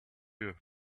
you